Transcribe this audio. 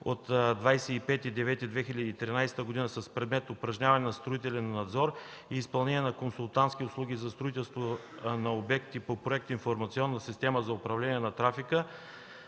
2013 г. с предмет – упражняване на строителен надзор и изпълнение на консултантски услуги за строителство на обекти по проект „Информационна система за управление на трафика”,